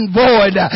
void